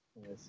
yes